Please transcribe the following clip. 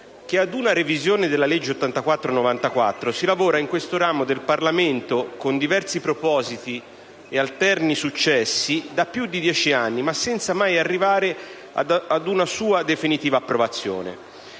che ad una revisione della legge n. 84 del 1994 si lavora in questo ramo del Parlamento, con diversi propositi ed alterni successi, da più di dieci anni, senza però mai arrivare ad una sua definitiva approvazione.